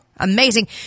amazing